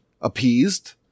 appeased